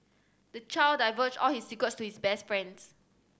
the child divulged all his secrets to his best friends